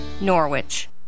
Norwich